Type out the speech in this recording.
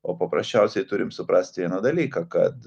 o paprasčiausiai turim suprast vieną dalyką kad